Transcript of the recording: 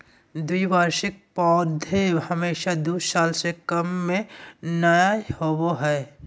द्विवार्षिक पौधे हमेशा दू साल से कम में नयय होबो हइ